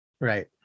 Right